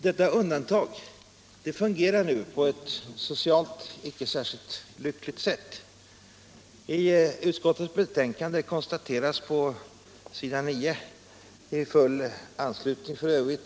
Detta undantag fungerar nu på ett socialt icke särskilt lyckligt sätt. I utskottets betänkande konstateras på s.9 — i full anslutning f.ö.